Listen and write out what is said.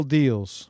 deals